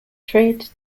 trade